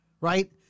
right